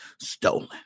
stolen